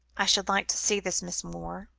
i should like to see this miss moore.